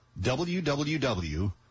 www